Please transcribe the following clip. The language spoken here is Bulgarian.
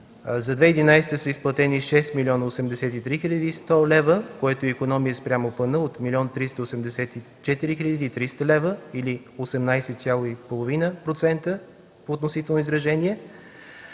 за 2011 г. са изплатени 6 млн. 083 хил. и 100 лева, което е икономия спрямо плана от 1 млн. 384 хил. и 300 лева или 18,5% относително изражение.